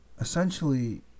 essentially